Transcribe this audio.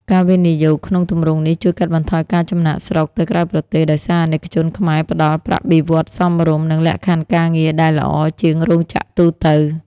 ការវិនិយោគក្នុងទម្រង់នេះជួយកាត់បន្ថយការចំណាកស្រុកទៅក្រៅប្រទេស ដោយសារអាណិកជនខ្មែរផ្ដល់ "ប្រាក់បៀវត្សរ៍សមរម្យ" និងលក្ខខណ្ឌការងារដែលល្អជាងរោងចក្រទូទៅ។